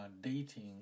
dating